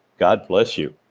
god bless you.